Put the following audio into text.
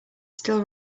still